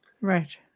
Right